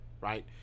right